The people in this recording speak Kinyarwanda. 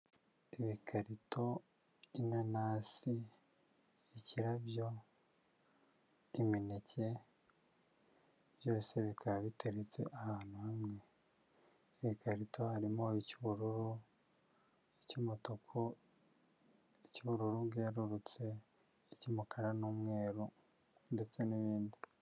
Ibikarito, inanasi, ikirabyo, imineke byose bikaba biteretse ahantu hamwe, mu ikarito harimo icy'ubururu, icy'umutuku, icy'ubururu bwererutse, icy'umukara n'umweru ndetse n'ibindi.